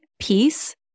peace